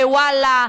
בוואלה,